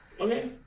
Okay